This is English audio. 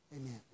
Amen